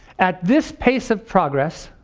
at this pace of progress,